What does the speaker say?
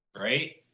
Right